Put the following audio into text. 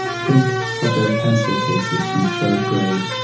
think of their pencil cases from third grade,